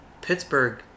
pittsburgh